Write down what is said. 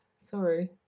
Sorry